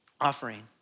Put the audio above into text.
offering